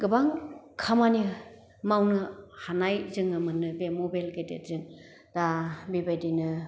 गोबां खामानि मावनो हानाय जोङो मोनो बे मबेल गेदेदजों दा बेबायदिनो